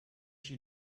she